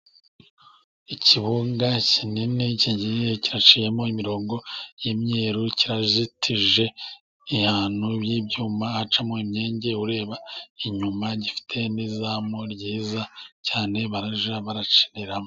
Ikibuga kinini kgiye giciyemo imirongo y'umyeru kizitije ibyuma harimo imyenge ureba inyuma gifite n'izamu ryiza cyane bajya bacamo.